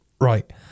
Right